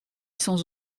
sans